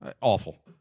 Awful